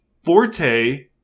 Forte